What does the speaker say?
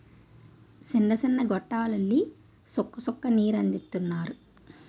సిన్న సిన్న గొట్టాల్లెల్లి సుక్క సుక్క నీరందిత్తన్నారు